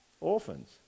orphans